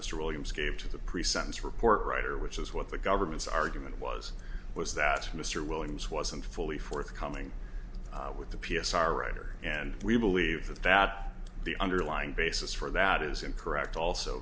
mr williams gave to the pre sentence report writer which is what the government's argument was was that mr williams wasn't fully forthcoming with the p s r writer and we believe that the underlying basis for that is incorrect also